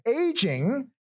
aging